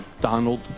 Donald